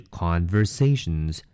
conversations，